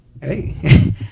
hey